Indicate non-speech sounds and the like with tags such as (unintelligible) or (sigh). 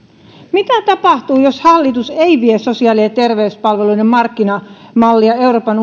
mitä tapahtuu jos hallitus ei vie sosiaali ja terveyspalveluiden markkinamallia euroopan (unintelligible)